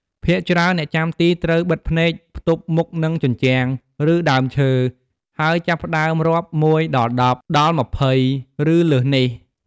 ភាគច្រើនអ្នកចាំទីត្រូវបិទភ្នែក ផ្ទប់មុខនឹងជញ្ជាំង ឬ ដើមឈើ ហើយចាប់ផ្ដើមរាប់ ១ដល់១០ ដល់២០ ឬ លើសនេះ។